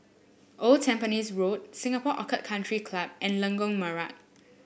Old Tampines Road Singapore Orchid Country Club and Lengkok Merak